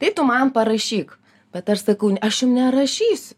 tai tu man parašyk bet aš sakau aš jum nerašysiu